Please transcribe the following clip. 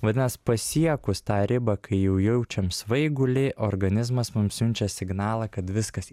vadinas pasiekus tą ribą kai jau jaučiam svaigulį organizmas mums siunčia signalą kad viskas